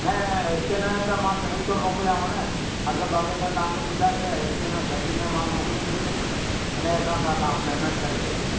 न न स्किनर त मां पंहिंजी थो मोकलियाव न अघि बक़ाइदा तव्हांखे ॿुधाए छॾियां स्किनर जल्दी में मां मोकिले थो छॾियां उन्हीअ हिसाब सां तव्हां पेमेंट करे छॾिजो